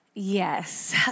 Yes